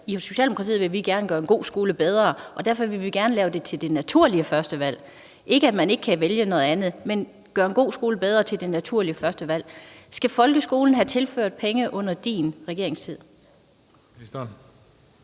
I Socialdemokratiet vil vi gerne gøre en god skole bedre, og derfor vil vi gerne gøre den til det naturlige førstevalg – ikke at man ikke kan vælge noget andet, men vi vil gøre en god skole bedre og gøre den til det naturlige første valg. Skal folkeskolen have tilført penge under din regeringstid?